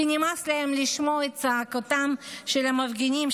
כי נמאס להם לשמוע את צעקותיהם של המפגינים,